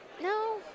No